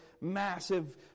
massive